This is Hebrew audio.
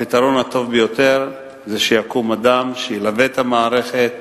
הפתרון הטוב ביותר זה שיקום אדם שילווה את המערכת,